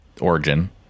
origin